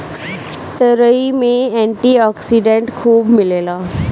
तुरई में antioxidant खूब मिलेला